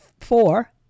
four